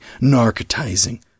narcotizing